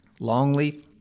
longleaf